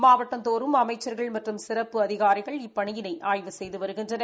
மாவட்டந்தோறும் அமைச்சா்கள் மற்றும் சிறப்பு அதிகாரிகள் இப்பணியினை ஆய்வு செய்து வருகின்றனர்